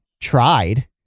tried